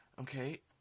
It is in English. okay